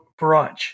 brunch